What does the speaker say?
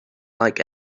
like